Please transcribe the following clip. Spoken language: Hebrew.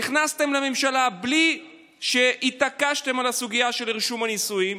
נכנסתם לממשלה בלי שהתעקשתם על הסוגיה של רישום הנישואים,